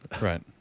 Right